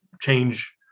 change